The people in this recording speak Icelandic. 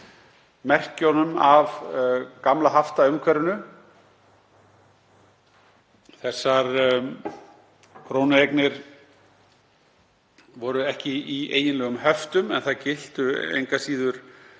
merkjunum af gamla haftaumhverfinu. Þessar krónueignir voru ekki í eiginlegum höftum en það giltu engu að síður